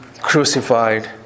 crucified